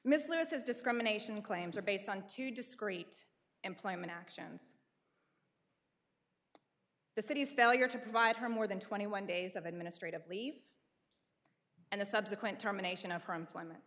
ms lewis is discrimination claims are based on two discrete employment actions the city's failure to provide her more than twenty one days of administrative leave and the subsequent terminations of her employment